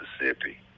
Mississippi